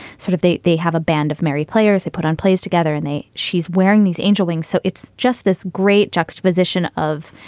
sort of. they they have a band of mary players. they put on plays together and they she's wearing these angel wings. so it's just this great juxtaposition of